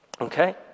Okay